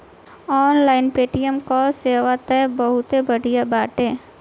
online payment कअ सेवा तअ बहुते बढ़िया बाटे